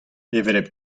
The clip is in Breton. hevelep